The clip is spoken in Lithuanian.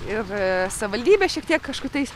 ir savivaldybė šiek tiek kažkutais